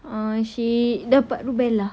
uh she dapat rubella